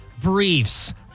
briefs